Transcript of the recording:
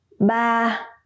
Ba